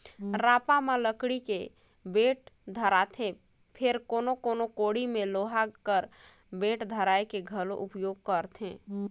रापा म लकड़ी के बेठ धराएथे फेर कोनो कोनो कोड़ी मे लोहा कर बेठ धराए के घलो उपियोग करथे